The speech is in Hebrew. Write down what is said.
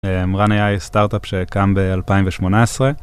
Run.ai סטארט-אפ שקם ב-2018.